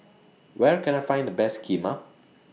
Where Can I Find The Best Kheema